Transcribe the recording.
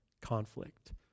conflict